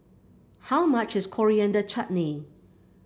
how much is Coriander Chutney